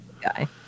guy